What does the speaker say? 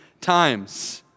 times